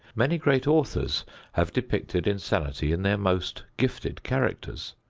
many great authors have depicted insanity in their most gifted characters.